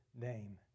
name